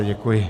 Děkuji.